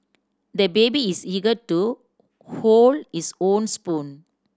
the baby is eager to hold his own spoon